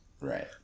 right